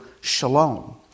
shalom